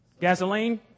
gasoline